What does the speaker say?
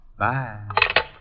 Bye